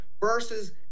versus